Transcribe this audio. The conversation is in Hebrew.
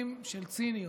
שיאים של ציניות.